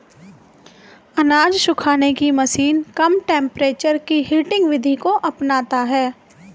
अनाज सुखाने की मशीन कम टेंपरेचर की हीटिंग विधि को अपनाता है